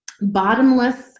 bottomless